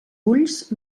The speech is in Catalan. ulls